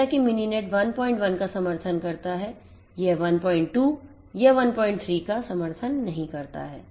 जैसा कि मिनीनेट 11 का समर्थन करता है यह 12 या 13 का समर्थन नहीं करता है